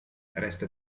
resta